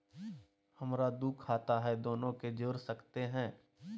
हमरा दू खाता हय, दोनो के जोड़ सकते है?